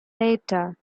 later